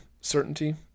certainty